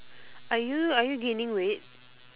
are you are you gaining weight